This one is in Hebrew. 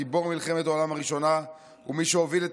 גיבור מלחמת העולם הראשונה ומי שהוביל את